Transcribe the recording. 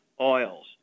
oils